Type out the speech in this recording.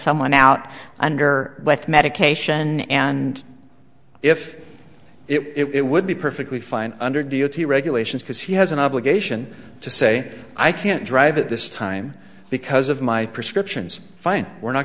someone out under with medication and if it would be perfectly fine under deity regulations because he has an obligation to say i can't drive at this time because of my prescriptions fine we're not